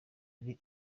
ari